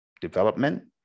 development